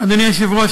אדוני היושב-ראש,